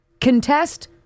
contest